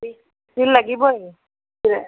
তিল লাগিবই